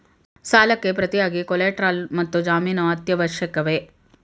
ಸಾಲಕ್ಕೆ ಪ್ರತಿಯಾಗಿ ಕೊಲ್ಯಾಟರಲ್ ಮತ್ತು ಜಾಮೀನು ಅತ್ಯವಶ್ಯಕವೇ?